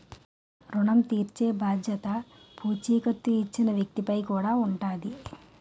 ఋణం తీర్చేబాధ్యత పూచీకత్తు ఇచ్చిన వ్యక్తి పై కూడా ఉంటాది